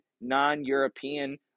non-European